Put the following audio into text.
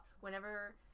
whenever